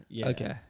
Okay